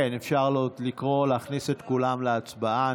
אפשר לקרוא ולהכניס את כולם להצבעה.